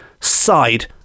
side